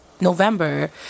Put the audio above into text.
november